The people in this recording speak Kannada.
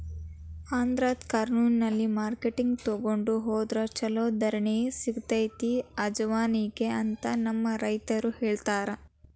ಆಂಧ್ರದ ಕರ್ನೂಲ್ನಲ್ಲಿನ ಮಾರ್ಕೆಟ್ಗೆ ತೊಗೊಂಡ ಹೊದ್ರ ಚಲೋ ಧಾರಣೆ ಸಿಗತೈತಿ ಅಜವಾನಿಗೆ ಅಂತ ನಮ್ಮ ರೈತರು ಹೇಳತಾರ